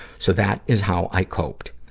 so that is how i coped.